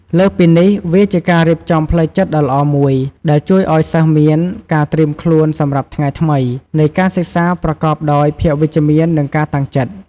លើសពីនេះ វាជាការរៀបចំផ្លូវចិត្តដ៏ល្អមួយដែលជួយឱ្យសិស្សមាន ការត្រៀមខ្លួនសម្រាប់ថ្ងៃថ្មី នៃការសិក្សាប្រកបដោយភាពវិជ្ជមាន និងការតាំងចិត្ត។